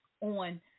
on